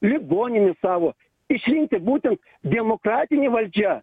ligoninies savo išrinkti būtent demokratinė valdžia